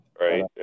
Right